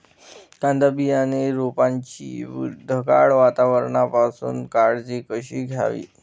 कांदा बियाणे रोपाची ढगाळ वातावरणापासून काळजी कशी घ्यावी?